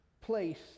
place